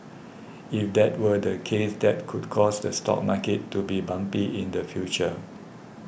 if that were the case that could cause the stock market to be bumpy in the future